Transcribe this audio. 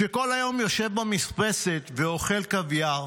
"שכל היום יושב במרפסת ואוכל קוויאר,